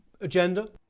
agenda